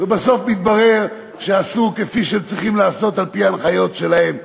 ובסוף מתברר שהם עשו כפי שצריכים לעשות על-פי ההנחיות שלהם.